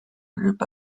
日本